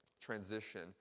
transition